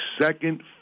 second